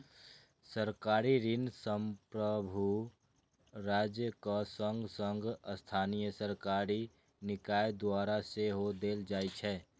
सरकारी ऋण संप्रभु राज्यक संग संग स्थानीय सरकारी निकाय द्वारा सेहो देल जाइ छै